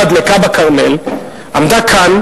הדלקה בכרמל עמדה כאן,